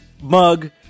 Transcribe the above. mug